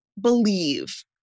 believe